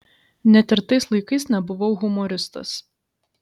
net ir tais laikais nebuvau humoristas